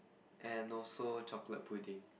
and also chocolate pudding